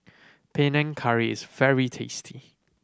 Panang Curry is very tasty